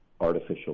artificial